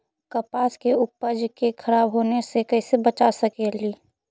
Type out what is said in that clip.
कपास के उपज के खराब होने से कैसे बचा सकेली?